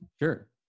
Sure